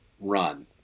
run